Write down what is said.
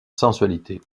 sensualité